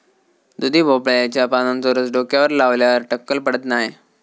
दुधी भोपळ्याच्या पानांचो रस डोक्यावर लावल्यार टक्कल पडत नाय